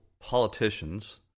politicians